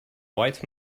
white